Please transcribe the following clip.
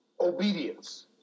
obedience